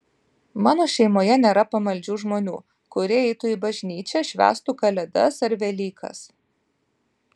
mano šeimoje nėra pamaldžių žmonių kurie eitų į bažnyčią švęstų kalėdas ar velykas